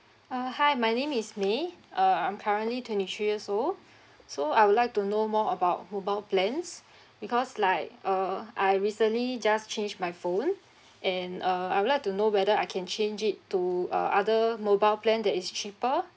uh hi my name is may uh I'm currently twenty three years old so I would like to know more about mobile plans because like uh I recently just change my phone and err I would like to know whether I can change it to uh other mobile plan that is cheaper